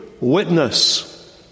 witness